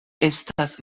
estas